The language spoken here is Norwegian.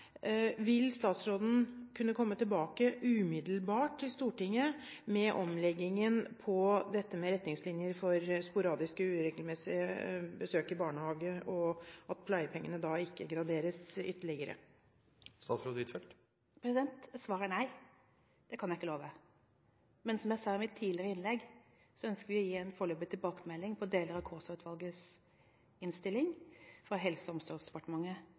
Vil statsråden kunne komme tilbake – umiddelbart til Stortinget – med omlegging når det gjelder retningslinjer for sporadiske og uregelmessige besøk i barnehage, og at pleiepengene ikke graderes ytterligere? Svaret er nei, det kan jeg ikke love. Som jeg sa i mitt tidligere innlegg, ønsker Helse- og omsorgsdepartementet å gi en foreløpig tilbakemelding på deler av Kaasa-utvalgets innstilling